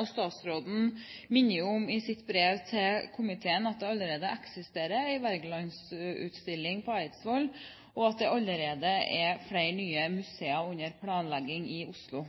og statsråden minner i sitt brev til komiteen om at det allerede eksisterer en Wergeland-utstilling på Eidsvoll, og at det er flere nye museer under planlegging i Oslo.